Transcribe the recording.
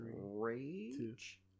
rage